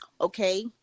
Okay